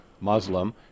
Muslim